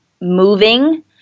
moving